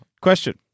question